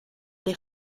des